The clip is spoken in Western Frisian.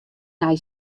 nij